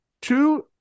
Two